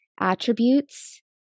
attributes